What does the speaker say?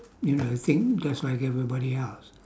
you know think just like everybody else